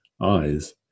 eyes